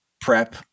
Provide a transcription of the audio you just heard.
prep